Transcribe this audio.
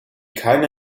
keine